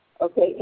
Okay